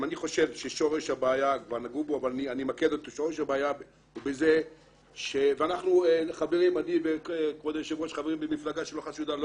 אני חושב ששורש הבעיה וכבוד היושב ראש ואני חברים במפלגה שלא חשודה לא